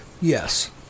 Yes